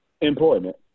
employment